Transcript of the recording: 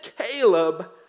Caleb